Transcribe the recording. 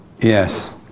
yes